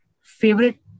favorite